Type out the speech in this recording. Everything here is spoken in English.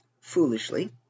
foolishly